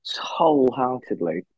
wholeheartedly